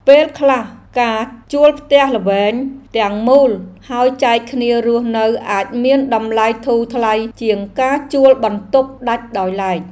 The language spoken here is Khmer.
ពេលខ្លះការជួលផ្ទះល្វែងទាំងមូលហើយចែកគ្នារស់នៅអាចមានតម្លៃធូរថ្លៃជាងការជួលបន្ទប់ដាច់ដោយឡែក។